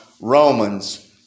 Romans